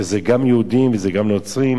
שזה גם יהודים וזה גם נוצרים,